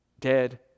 dead